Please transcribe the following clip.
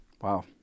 Wow